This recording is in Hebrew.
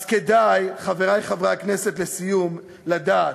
אז כדאי, חברי חברי הכנסת, לסיום, לדעת,